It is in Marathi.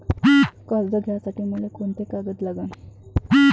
कर्ज घ्यासाठी मले कोंते कागद लागन?